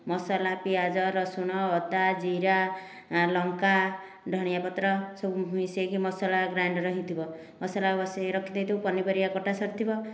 ମସଲା ପିଆଜ ରସୁଣ ଅଦା ଜିରା ଲଙ୍କା ଧନିଆ ପତ୍ର ସବୁ ମିଶାଇକି ମସଲା ଗ୍ରାଇଣ୍ଡର ହୋଇଥିବ ମସଲା ବସାଇ ରଖି ଦେଇଥିବୁ ପନିପରିବା କଟା ସରିଥିବ